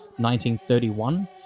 1931